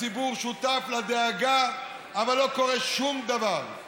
הציבור שותף לדאגה, אבל לא קורה שום דבר.